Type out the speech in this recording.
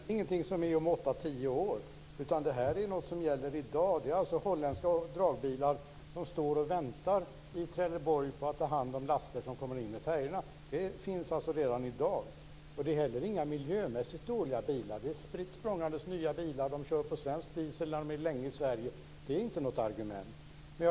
Fru talman! Det här är ingenting som gäller om tio år, utan det är någonting som gäller i dag. Det är alltså holländska dragbilar som står i Trelleborg och väntar på att ta hand om laster som kommer in med färjorna. Det finns alltså redan i dag. Det är inte heller några miljömässigt dåliga bilar, utan det är spritt språngande nya bilar. De kör på svensk diesel när de är länge i Sverige. Det är inte något argument.